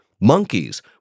Monkeys